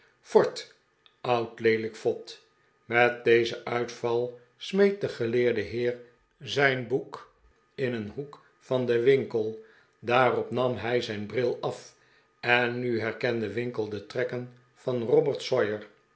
vort oud leelijk vod met dezen uitval smeet de geleerde heer zijn boek in een hoek van den winkelj daarop nam hij zijn bril af en nu herkende winkle de trekken van robert sawyer